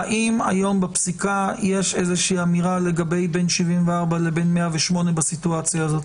האם יש היום בפסיקה איזושהי אמירה לגבי בין 74 לבין 108 בסיטואציה הזאת?